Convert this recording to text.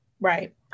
Right